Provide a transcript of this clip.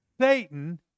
Satan